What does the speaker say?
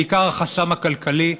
בעיקר החסם הכלכלי,